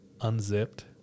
unzipped